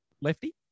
lefty